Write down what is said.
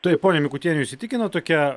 taip ponia mikutiene jus įsitikino tokia